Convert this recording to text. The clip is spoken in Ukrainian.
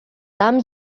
там